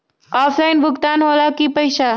Offline भुगतान हो ला कि पईसा?